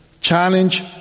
challenge